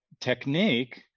technique